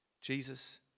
Jesus